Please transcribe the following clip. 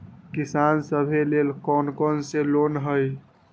किसान सवे लेल कौन कौन से लोने हई?